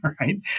right